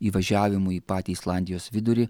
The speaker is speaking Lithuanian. įvažiavimu į patį islandijos vidurį